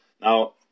Now